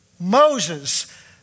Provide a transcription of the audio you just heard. Moses